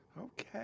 Okay